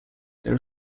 there